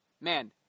man